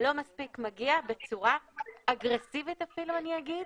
לא מספיק מגיע בצורה אגרסיבית אפילו אגיד,